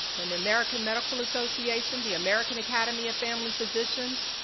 and american medical association, the american academy of family physicians,